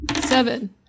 Seven